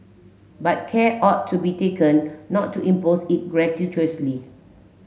but care ought to be taken not to impose it gratuitously